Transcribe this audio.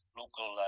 local